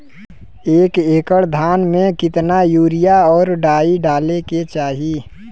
एक एकड़ धान में कितना यूरिया और डाई डाले के चाही?